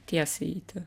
tiesiai eiti